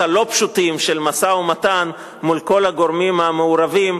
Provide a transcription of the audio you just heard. הלא-פשוטים של משא-ומתן מול כל הגורמים המעורבים,